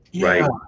right